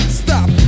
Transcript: stop